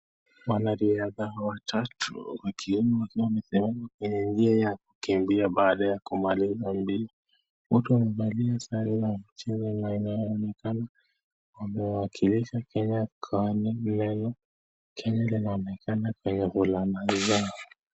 Wanariadha watatu wakiwa wamesimama kwenye njia ya kukimbia baada ya kumaliza mbio, wote wamevalia sare ya mchezo na wanaonekana wamewakilisha kenya kwa mbio hizo, kenya inaonekana kwenye fulana zao.